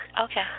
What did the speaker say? Okay